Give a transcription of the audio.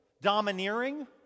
Domineering